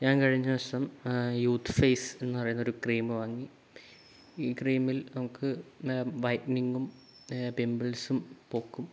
ഞാൻ കഴിഞ്ഞ ദിവസം ആ യൂത്ത് ഫെയ്സ്ന്ന് പറയുന്നൊരു ക്രീമ് വാങ്ങി ഈ ക്രീമിൽ നമുക്ക് വൈറ്റ്നിങ്ങും പിംപിൾസും പോകും